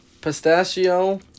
Pistachio